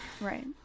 Right